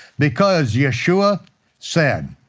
because yeshua said,